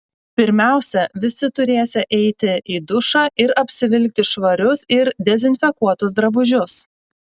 pirmiausia visi turėsią eiti į dušą ir apsivilkti švarius ir dezinfekuotus drabužius